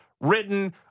written